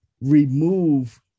remove